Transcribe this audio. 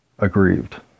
aggrieved